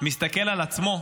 מסתכל על עצמו,